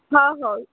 हो हो